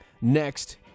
next